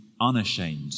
unashamed